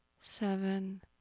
seven